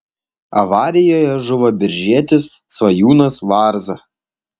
avarijoje žuvo biržietis svajūnas varza